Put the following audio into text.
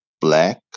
black